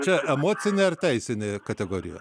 čia emocinė ar teisinė kategorija